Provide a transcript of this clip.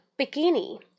bikini